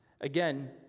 Again